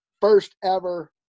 first-ever